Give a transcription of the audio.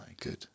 good